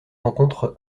rencontre